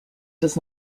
does